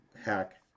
hack